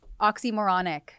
oxymoronic